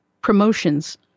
promotions